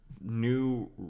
new